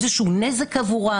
איזשהו נזק עבורם.